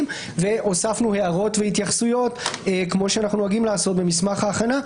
והוספנו הערות והתייחסויות כמו שאנחנו נוהגים לעשות במסמך ההכנה,